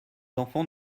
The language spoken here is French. enfants